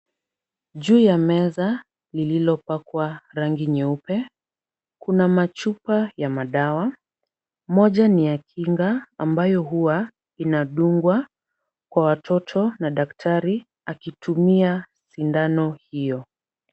Juu ya meza lililopakwa rangi nyeupe, kuna machupa ya madawa. Moja ni ya kinga ambayo huwa inadungwa kwa watoto na daktari akitumia sindano hiyo.